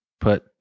put